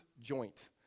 joint